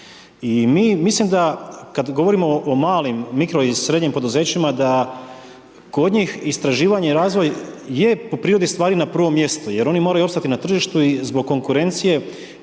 I mi mislim da kad govorimo o malim, mikro i srednjim poduzećima da kod istraživanje i razvoj je po prirodi stvari na prvom mjestu jer oni moraju opstati na tržištu i zbog konkurencije